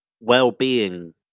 well-being